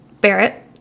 Barrett